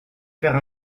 faire